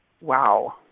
Wow